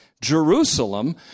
Jerusalem